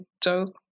Joes